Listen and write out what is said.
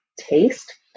taste